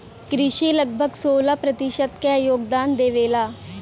कृषि लगभग सोलह प्रतिशत क योगदान देवेला